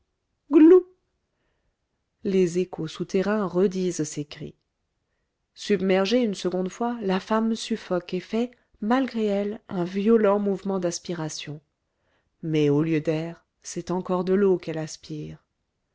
les échos souterrains redisent ces cris submergée une seconde fois la femme suffoque et fait malgré elle un violent mouvement d'aspiration mais au lieu d'air c'est encore de l'eau qu'elle aspire